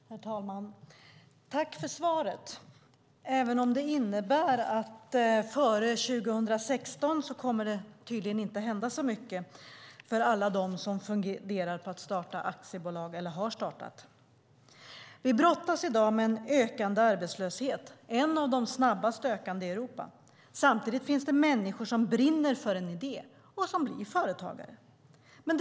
Herr talman! Jag tackar för svaret, även om det innebär att det före 2016 tydligen inte kommer att hända så mycket för alla dem som funderar på att starta eller har startat aktiebolag. Vi brottas i dag med en ökande arbetslöshet - en av de snabbast ökande i Europa. Samtidigt finns det människor som brinner för en idé och som blir företagare.